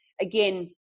again